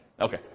okay